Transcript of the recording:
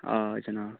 آ جناب